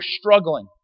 struggling